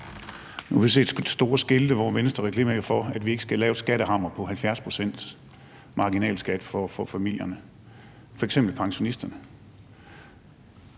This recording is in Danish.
Nu har vi set store skilte, hvor Venstre reklamerer for, at vi ikke skal lave en skattehammer på 70 pct. marginalskat for familierne, f.eks. pensionisterne;